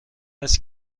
است